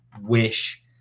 wish